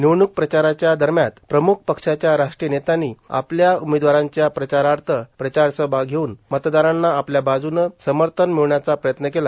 निवडणूक प्रचाराच्या दरम्यान प्रमुख पक्षाच्या राष्ट्रीय नेत्यांनी आपल्या उमेदवारांच्या प्रचारार्थ प्रचारसभा घेऊन मतदारांना आपल्या बाजूनं समर्थन मिळवण्याचा प्रयत्न केला